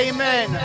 Amen